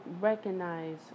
recognize